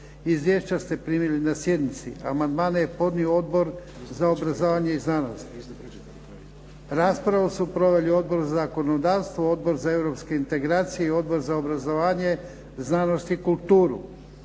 Izvješća ste primili na sjednici. Raspravu su proveli Odbor za zakonodavstvo, Odbor za europske integracije i Odbor za obrazovanje, znanost i kulturu.